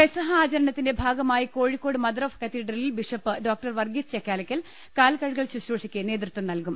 പെസഹ ആചരണത്തിന്റെ ഭാഗമായി Kozhikode mother of കത്തീഡ്രലിൽ ബിഷപ്പ് ഡോ വർഗീസ് ചക്കാലക്കൽ കാൽകഴുകൽ ശുശ്രൂഷക്ക് നേതൃത്വം നൽകും